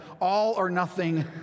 all-or-nothing